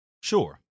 Sure